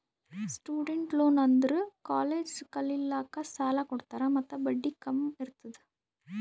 student loan ಅಂದುರ್ college ಕಲಿಲ್ಲಾಕ್ಕ್ ಸಾಲ ಕೊಡ್ತಾರ ಮತ್ತ ಬಡ್ಡಿ ಕಮ್ ಇರ್ತುದ್